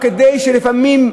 רק כדי שלפעמים,